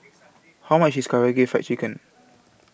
How much IS Karaage Fried Chicken